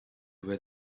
where